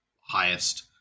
highest